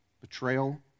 betrayal